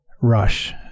Rush